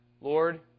Lord